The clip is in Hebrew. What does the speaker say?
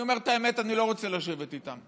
אני אומר את האמת, אני לא רוצה לשבת איתם.